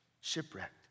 shipwrecked